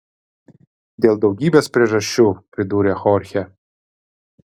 dėl daugybės priežasčių pridūrė chorchė